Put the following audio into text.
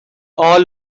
all